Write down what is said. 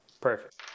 Perfect